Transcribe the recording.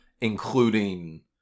including